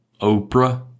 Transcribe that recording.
Oprah